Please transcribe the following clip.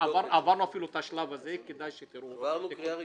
עברה קריאה ראשונה?